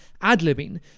ad-libbing